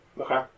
Okay